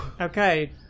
Okay